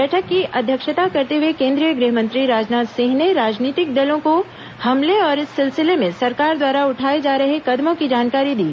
बैठक की अध्यक्षता करते हुए केंद्रीय गृहमंत्री राजनाथ सिंह ने राजनीतिक दलों को हमले और इस सिलसिले में सरकार द्वारा उठाये जा रहे कदमों की जानकारी दी